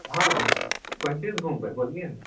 हॅं कोन चीजसँ घुमबै बोलिए ने